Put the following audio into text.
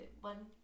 one